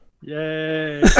Yay